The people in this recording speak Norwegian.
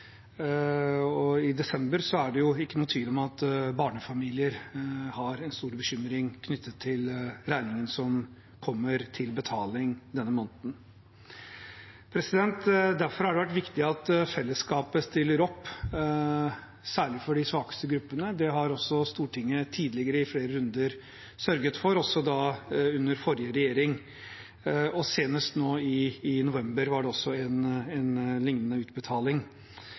i desember er det ikke noen tvil om at barnefamilier har en stor bekymring, knyttet til regningen som kommer til betaling denne måneden. Derfor har det vært viktig at fellesskapet stiller opp, særlig for de svakeste gruppene. Det har også Stortinget tidligere, i flere runder, sørget for – også under forrige regjering – og senest nå i november var det en lignende utbetaling.